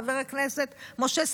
חבר הכנסת משה סלומון.